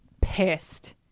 pissed